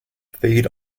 feed